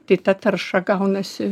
tai ta tarša gaunasi